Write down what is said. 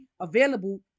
available